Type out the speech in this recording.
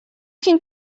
can